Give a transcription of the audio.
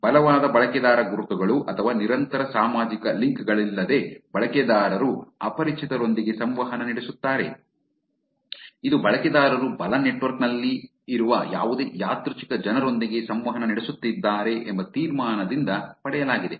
ಬಲವಾದ ಬಳಕೆದಾರ ಗುರುತುಗಳು ಅಥವಾ ನಿರಂತರ ಸಾಮಾಜಿಕ ಲಿಂಕ್ ಗಳಿಲ್ಲದೆ ಬಳಕೆದಾರರು ಅಪರಿಚಿತರೊಂದಿಗೆ ಸಂವಹನ ನಡೆಸುತ್ತಾರೆ ಇದು ಬಳಕೆದಾರರು ಬಲ ನೆಟ್ವರ್ಕ್ ನಲ್ಲಿರುವ ಯಾವುದೇ ಯಾದೃಚ್ಛಿಕ ಜನರೊಂದಿಗೆ ಸಂವಹನ ನಡೆಸುತ್ತಿದ್ದಾರೆ ಎಂಬ ತೀರ್ಮಾನದಿಂದ ಪಡೆಯಲಾಗಿದೆ